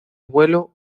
vuelo